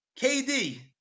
KD